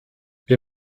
wir